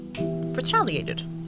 retaliated